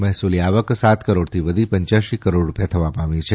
મહેસુલી આવક સાત કરોડ થી વધી પંચ્યાસી કરોડ રૂપિયા થવા પામી છે